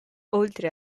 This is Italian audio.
oltre